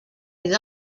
des